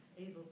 able